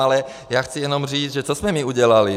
Ale já chci jenom říct, že co jsme my udělali?